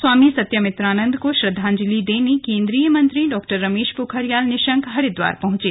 स्वामी सत्यमित्रानन्द को श्रद्वांजलि देने केन्द्रीय मंत्री डॉ रमेश पोखरियाल निशंक हरिद्वार पहुंचे